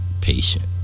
patient